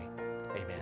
Amen